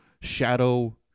Shadow